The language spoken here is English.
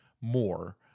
more